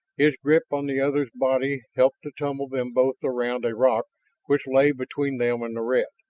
his grip on the other's body helped to tumble them both around a rock which lay between them and the red.